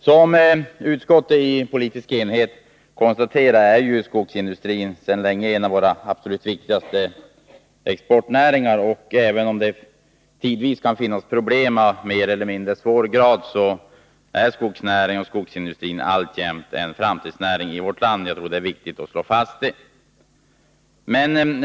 Som utskottet i politisk enighet konstaterar är skogsindustrin sedan länge en av våra absolut viktigaste exportnäringar. Även om det tidvis kan finnas problem — av mer eller mindre svår grad — så är skogen och skogsindustrin alltjämt en framtidsnäring i vårt land. Jag tror att det är viktigt att slå fast detta.